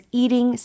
eating